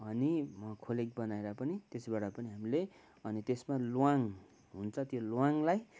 अनि खोले बनाएर पनि त्यसबाट पनि हामीले अनि त्यसमा ल्वाङ हुन्छ त्यो ल्वाङलाई